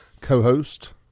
co-host